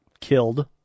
killed